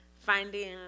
finding